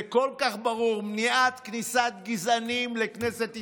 זה כל כך ברור: מניעת כניסת גזענים לכנסת ישראל.